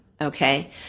okay